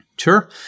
Sure